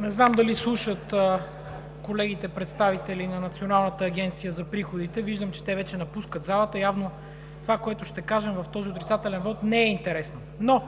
Не знам дали слушат колегите – представители на Националната агенцията за приходите – виждам, че те вече напускат залата. Явно това, което ще кажем в този отрицателен вот, не е интересно, но